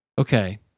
Okay